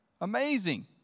Amazing